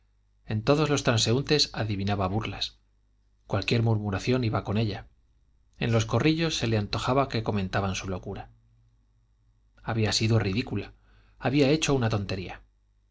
en todos los transeúntes adivinaba burlas cualquier murmuración iba con ella en los corrillos se le antojaba que comentaban su locura había sido ridícula había hecho una tontería